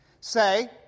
say